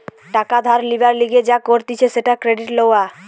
টাকা ধার লিবার লিগে যা করতিছে সেটা ক্রেডিট লওয়া